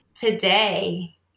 today